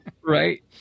Right